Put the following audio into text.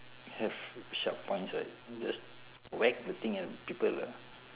have sharp palms right just whack the thing at people lah